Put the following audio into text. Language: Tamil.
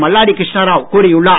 மல்லாடி கிருஷ்ணாராவ் கூறியுள்ளார்